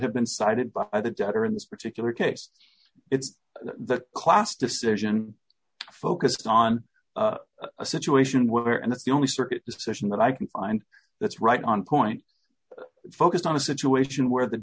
have been cited by the debtor in this particular case it's that class decision focused on a situation were and it's the only circuit decision that i can find that's right on point focused on a situation where the